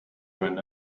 run